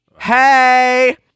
Hey